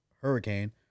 hurricane